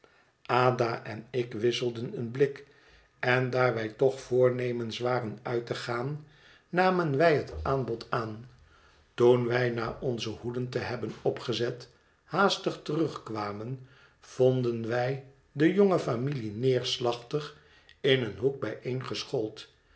ada en ik wisselden een blik en daar wij toch voornemens waren uit te gaan namen wij het aanbod aan toen wij na onze hoeden te hebben opgezet haastig terugkwamen vonden wij de jonge familie neerslachtig in een hoek